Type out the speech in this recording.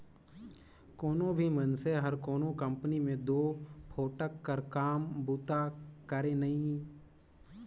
कोनो भी मइनसे हर कोनो कंपनी में दो फोकट कर काम बूता करे नई